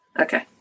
Okay